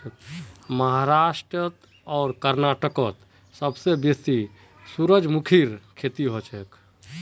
महाराष्ट्र आर कर्नाटकत सबसे बेसी सूरजमुखीर खेती हछेक